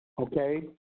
okay